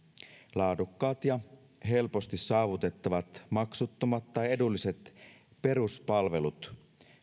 laadukkaat ja helposti saavutettavat maksuttomat tai edulliset peruspalvelut